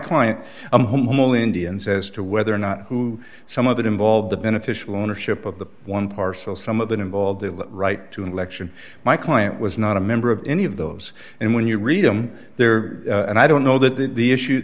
client home all indians as to whether or not who some of it involved the beneficial ownership of the one parcel some of that involved a lot right to election my client was not a member of any of those and when you read i'm there and i don't know that the issue